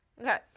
Okay